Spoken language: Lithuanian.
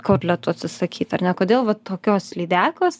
kotletų atsisakyt ar ne kodėl va tokios lydekos